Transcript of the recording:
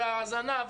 ההזנה,